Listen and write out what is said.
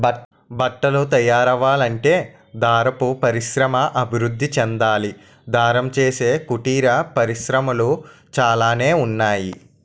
బట్టలు తయారవ్వాలంటే దారపు పరిశ్రమ అభివృద్ధి చెందాలి దారం చేసే కుటీర పరిశ్రమలు చాలానే ఉన్నాయి